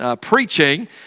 preaching